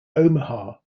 omaha